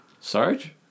Sarge